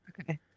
okay